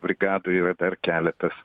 brigadoj yra dar keletas